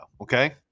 okay